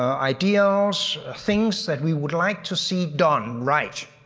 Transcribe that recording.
ah ideals, things that we would like to see done right,